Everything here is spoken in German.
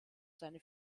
seine